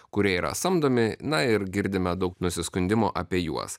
kurie yra samdomi na ir girdime daug nusiskundimų apie juos